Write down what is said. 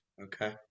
okay